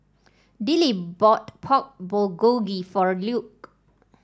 Dillie bought Pork Bulgogi for Luke